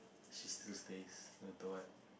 she still stays no matter what